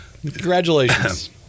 Congratulations